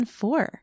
four